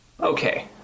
Okay